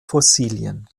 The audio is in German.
fossilien